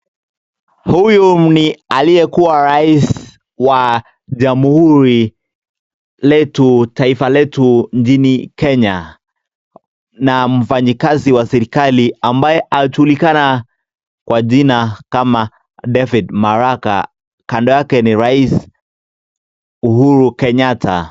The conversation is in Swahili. Huyu ni aliyekuwa rais wa jamhuri ya taifa letu nchini Kenya na mfanyikazi wa serikali ambaye anajulikana kwa jina kama David Maraga. Kando yake ni rais Uhuru Kenyatta.